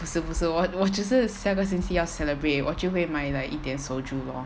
不是不是我我就是下个星期要 celebrate 我就会买 like 一点 soju lor